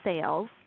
sales